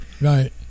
right